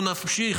אנחנו נמשיך,